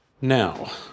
Now